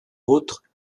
autres